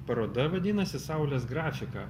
paroda vadinasi saulės grafika